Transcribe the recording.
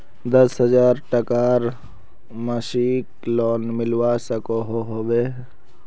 दस हजार टकार मासिक लोन मिलवा सकोहो होबे?